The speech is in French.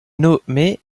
nommée